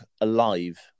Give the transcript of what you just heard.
alive